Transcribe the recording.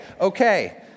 okay